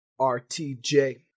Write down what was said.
rtj